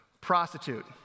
Prostitute